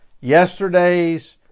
yesterday's